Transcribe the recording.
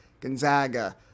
Gonzaga